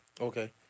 Okay